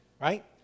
right